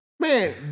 Man